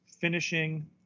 finishing